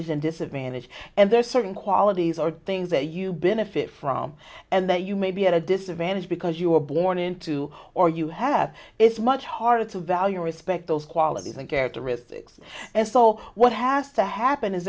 is in disadvantage and there are certain qualities or things that you benefit from and that you may be at a disadvantage because you are born into or you have it's much harder to value respect those qualities and characteristics and so what has to happen is